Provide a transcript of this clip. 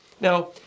Now